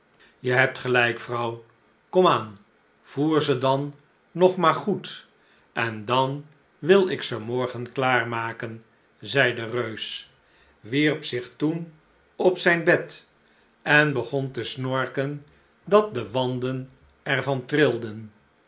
je hebt gelijk vrouw kom aan voêr ze dan nog maar goed en dan wil ik ze morgen klaar maken zei de reus wierp zich toen op zijn bed en begon te snorken dat de wanden er van trilden